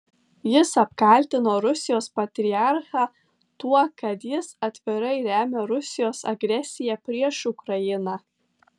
jis apkaltino rusijos patriarchą tuo kad jis atvirai remia rusijos agresiją prieš ukrainą